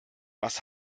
was